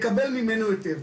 מקבל מאיתנו היתר.